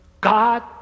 God